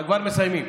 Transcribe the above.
כבר מסיימים.